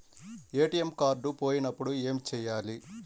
ATM card పోయినప్పుడు ఏమి చేయాలి?